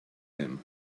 him